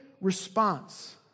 response